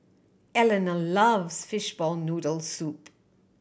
Eleanor loves fishball noodles soup